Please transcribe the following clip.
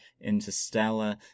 Interstellar